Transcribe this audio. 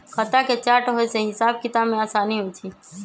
खता के चार्ट होय से हिसाब किताब में असानी होइ छइ